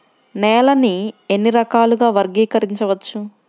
నేలని ఎన్ని రకాలుగా వర్గీకరించవచ్చు?